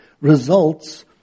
results